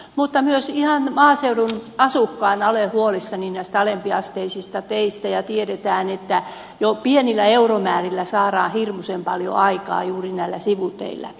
mutta myös ihan maaseudun asukkaana olen huolissani näistä alempiasteisista teistä ja tiedetään että jo pienillä euromäärillä saadaan hirmuisen paljon aikaan juuri näillä sivuteillä